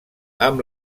amb